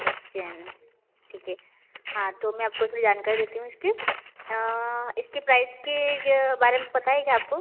उज्जैन ठीक है हाँ तो मैं आपको थोड़ी जानकारी देती हूँ इसकी इसके प्राइस के बारे में पता है क्या आपको